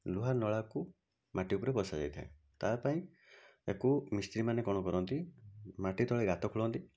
ଲୁହା ନଳାକୁ ମାଟି ଉପରେ ବସା ଯାଇଥାଏ ତା ପାଇଁ ୟାକୁ ମିସ୍ତ୍ରୀମାନେ କ'ଣ କରନ୍ତି ମାଟି ତଳେ ଗାତ ଖୋଳନ୍ତି